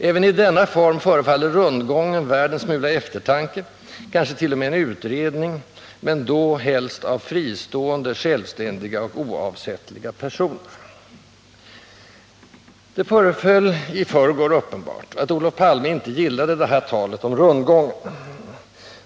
Även i denna form förefaller ”rundgången” värd en smula eftertanke, kanske t.o.m. en utredning, men då helst av fristående, självständiga och oavsättliga personer. Det föreföll i förrgår uppenbart att Olof Palme inte gillar det här talet om ”rundgången”.